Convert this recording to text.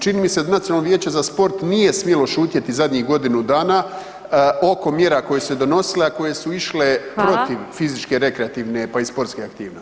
Čini mi se da Nacionalno vijeće za sport nije smjelo šutjeti zadnjih godinu dana oko mjera koje su se donosile, a koje su išle protiv fizičke rekreativne pa i sportske aktivnosti.